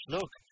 Look